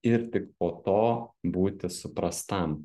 ir tik po to būti suprastam